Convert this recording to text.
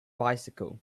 bicycle